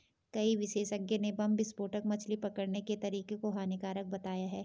कई विशेषज्ञ ने बम विस्फोटक मछली पकड़ने के तरीके को हानिकारक बताया है